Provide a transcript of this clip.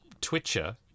Twitcher